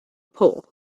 pole